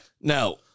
No